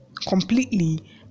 completely